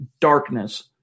darkness